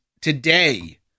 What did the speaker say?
today